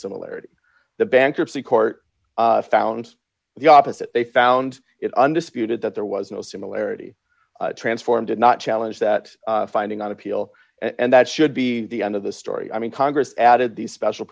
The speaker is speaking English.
similarity the bankruptcy court found the opposite they found it undisputed that there was no similarity transform did not challenge that finding out appeal and that should be the end of the story i mean congress added the special